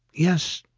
yes,